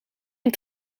een